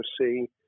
see